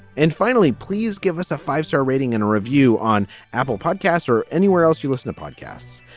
and finally, please give us a five star rating and a review on apple podcasts or anywhere else. you listen to podcasts.